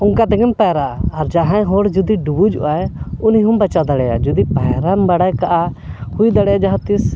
ᱚᱱᱠᱟ ᱛᱮᱜᱮᱢ ᱯᱟᱭᱨᱟᱜᱼᱟ ᱟᱨ ᱡᱟᱦᱟᱸᱭ ᱦᱚᱲ ᱡᱩᱫᱤ ᱰᱩᱵᱩᱡᱚᱜ ᱟᱭ ᱩᱱᱤ ᱦᱚᱸᱢ ᱵᱟᱪᱟᱣ ᱫᱟᱲᱮᱭᱟᱜᱼᱟ ᱡᱩᱫᱤ ᱯᱟᱭᱨᱟᱢ ᱵᱟᱲᱟᱭ ᱠᱟᱜᱼᱟ ᱦᱩᱭ ᱫᱟᱲᱮᱭᱟᱜᱼᱟ ᱡᱟᱦᱟᱸ ᱛᱤᱥ